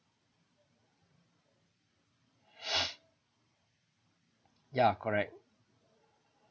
ya correct